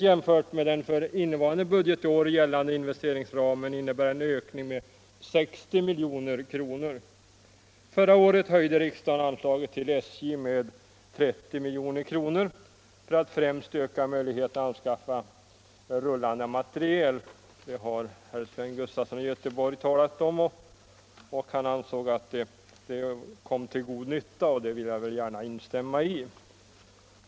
Jämfört med den för innevarande budgetår gällande investeringsplanen innebär detta en ökning med 60 milj.kr. Förra året höjde riksdagen anslaget till SJ med 30 milj.kr., främst för att öka möjligheten att anskaffa rullande materiel. Det har herr Sven Gustafson i Göteborg talat om. Han ansåg att dessa pengar kom till god nytta, och det vill jag gärna instämma i.